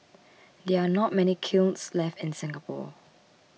there are not many kilns left in Singapore